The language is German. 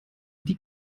die